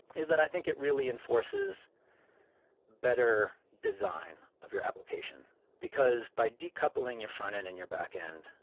is that i think it really enforces better design of your application, because by decoupling your frontend and your backend,